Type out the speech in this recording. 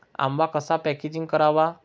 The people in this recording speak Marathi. आंबा कसा पॅकेजिंग करावा?